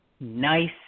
nice